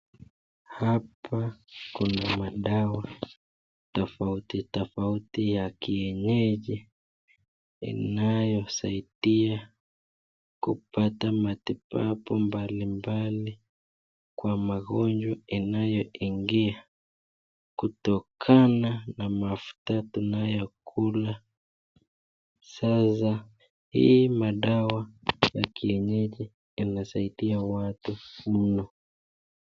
Hapa kuna madawa tofautitofauti ya kienyeji inayosaidia kupota matibabu mabalimbali kwa magonjwa inayo ingia kututokana na mafuta tunayo tumia, sasa hii madawa, za kienyeji inasaidia watu mno.